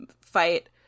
fight